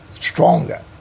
stronger